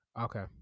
Okay